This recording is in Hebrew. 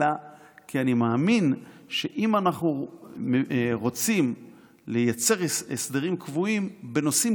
אלא כי אני מאמין שאם אנחנו רוצים לייצר הסדרים קבועים בנושאים